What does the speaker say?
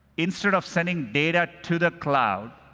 instead of sending data to the cloud,